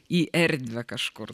į erdvę kažkur